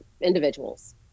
individuals